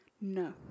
No